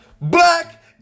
Black